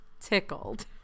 tickled